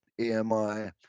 emi